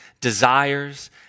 desires